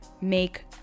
make